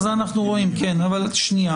זה אנחנו רואים, אבל שנייה.